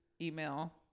email